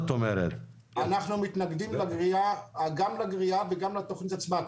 אנחנו מתנגדים לגריעה, גם לגריעה וגם לתכנית עצמה.